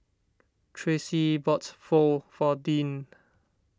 Tracy bought Pho for Deann